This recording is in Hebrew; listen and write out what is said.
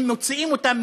אם מוציאים אותם,